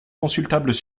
consultables